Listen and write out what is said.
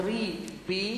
מתרה בי